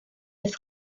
des